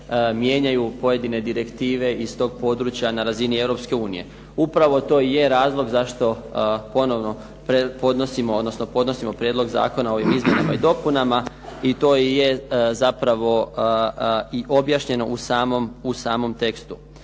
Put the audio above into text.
mijenjaju pojedine direktive iz tog područja na razini Europske unije. Upravo to i je razlog zašto ponovno podnosimo Prijedlog zakona o ovim izmjenama i dopunama i to je objašnjeno u samom tekstu.